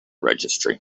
registry